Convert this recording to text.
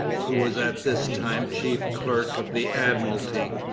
who was at this time chief clerk of the admiralty,